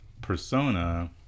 persona